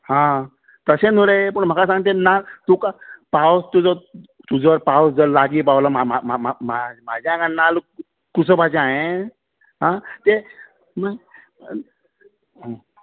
हां तशें न्हय रे पूण म्हाका सांग पावस तुजो तुजो पावस लागीं पावलो मा मा मा म्हजे हांगा नाल्ल कुसोवपाचे हांवें ते